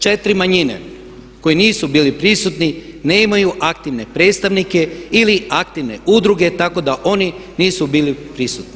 4 manjine koje nisu bile prisutni, nemaju aktivne predstavnike ili aktivne udruge tako da oni nisu bili prisutni.